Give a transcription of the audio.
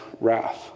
wrath